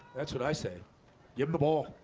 that's what i say give the ball